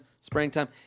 springtime